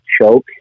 choke